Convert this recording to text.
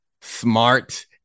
smart